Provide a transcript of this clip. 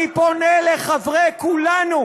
אני פונה לחברי כולנו,